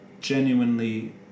genuinely